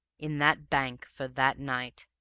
in that bank, for that night.